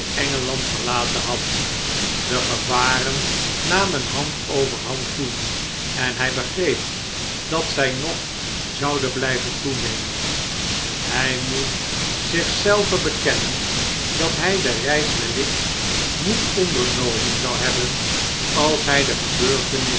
verlaten had de gevaren namen hand over hand toe en hg begreep dat zij nog zouden blgven toenemen hg moest zich zelvenbekennen dat hg de reis wellicht niet ondernomen zou hebben als hg de